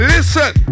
Listen